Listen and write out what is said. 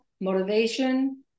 motivation